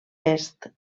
est